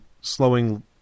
slowing